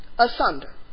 Asunder